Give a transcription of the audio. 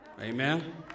Amen